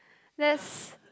let's